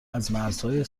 مرزهای